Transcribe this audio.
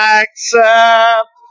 accept